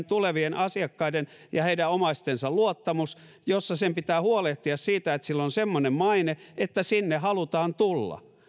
tulevien asiakkaiden ja heidän omaistensa luottamus jossa sen pitää huolehtia siitä että sillä on semmoinen maine että sinne halutaan tulla